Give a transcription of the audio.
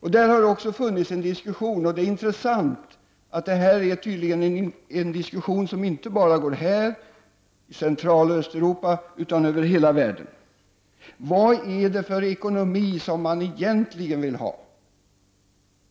Där har det också förts en diskussion. Det är intressant att se att detta tydligen inte är en diskussion som bara förs här i Centraloch Östeuropa utan över hela världen. Vilken ekonomi vill man egentligen ha?